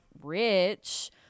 rich